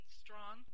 strong